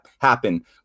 happen